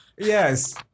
Yes